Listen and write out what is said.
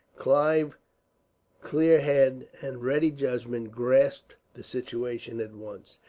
clive's clear head and ready judgment grasped the situation at once.